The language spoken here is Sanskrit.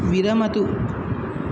विरमतु